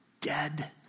dead